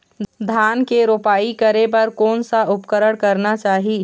धान के रोपाई करे बर कोन सा उपकरण करना चाही?